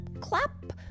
clap